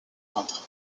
peintre